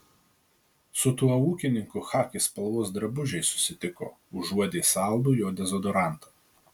su tuo ūkininku chaki spalvos drabužiais susitiko užuodė saldų jo dezodorantą